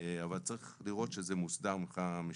אבל צריך לראות שזה מוסדר מבחינה משפטית.